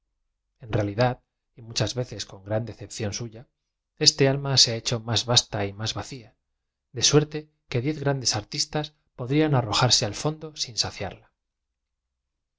en realidad y muchas veces con gran decepción suya este alm a se ha hecho más vasta y más vacia de suerte que diez grandes artistas podrían arrojarse a l fondo sin saciarla